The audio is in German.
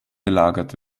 gelagert